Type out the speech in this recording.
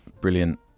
Brilliant